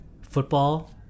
Football